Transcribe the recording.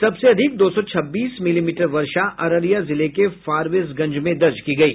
सबसे अधिक दो सौ छब्बीस मिलीमीटर वर्षा अररिया जिले के फारबिसगंज में दर्ज की गयी